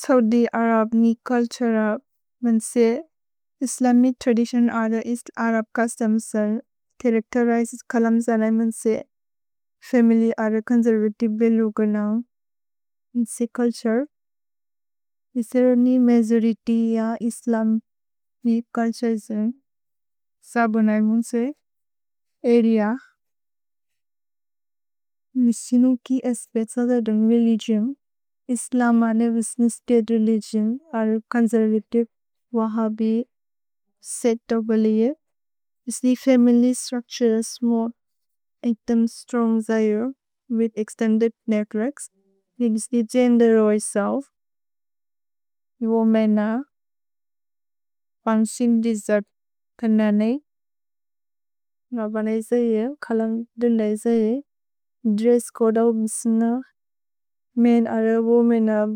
Saudi Arab नि culture मेन्से, Islamic traditions are the east Arab customs and characterizes कलम्जनै मेन्से, फमिल्य् अरे थे चोन्सेर्वतिवे बेलुगन in सि culture. Israeli majority are Islamic culture सबोनै मेन्से, अरेअ, विसिनु कि अस्पेच्त्स् ओफ् थे रेलिगिओन्, इस्लमने विसिनु state religion are conservative Wahhabi set of बेलुग। इस्लि फमिल्य् स्त्रुच्तुरेस् मोरे इतेम् स्त्रोन्ग् जयु, विथ् एक्स्तेन्देद् नेत्वोर्क्स्। इस्लि गेन्देर् ओइ सेल्फ्, वो मेन पन्सिन् दिसत् कनने, नबनै जयु, कलम्जनै जयु, द्रेस्स् कोदौ विसिनु, मेन् अरे वो मेनब्,